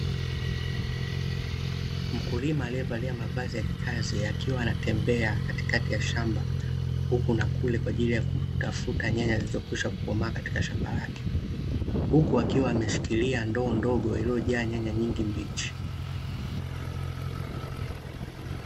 Mkulima aliyevalia mavazi ya kikazi akiwa anatembea katikati ya shamba huku na kule kwa ajili ya kutafuta nyanya zilizokwisha kukomaa katika shamba lake, huku akiwa ameshikilia ndoo ndogo iliyojaa nyanya nyingi mbichi.